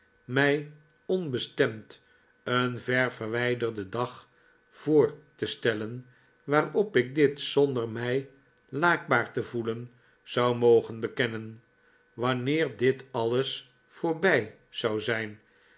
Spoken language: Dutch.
mij onbestemd een ver verwijderden dag voor te stellen waarop ik dit zonder mij laakbaar te voelen zou mogen bekennen wanneer dit alles voorbij zou zijn